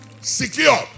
secure